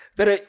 Pero